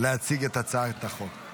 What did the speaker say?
הצעת חוק הבנקאות